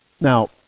now